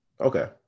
okay